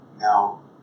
now